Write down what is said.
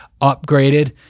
upgraded